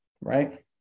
Right